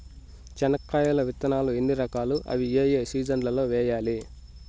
చెనక్కాయ విత్తనాలు ఎన్ని రకాలు? అవి ఏ ఏ సీజన్లలో వేయాలి?